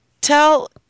tell